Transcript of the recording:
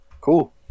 Cool